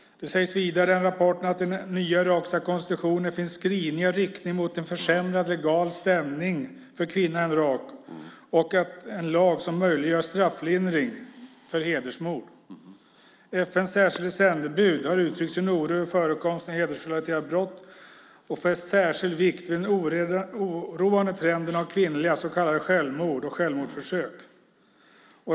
Det sägs vidare i rapporten att det i den nya irakiska konstitutionen finns skrivningar i riktning mot en försämrad legal ställning för kvinnan i Irak och en lag som möjliggör strafflindring för hedersmord. FN:s särskilda sändebud har uttryckt sin oro över förekomsten av hedersrelaterade brott och fäst särskild vikt vid den oroande trenden med kvinnliga "självmord" och "självmordsförsök" i irakiska Kurdistan.